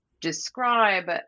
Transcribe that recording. describe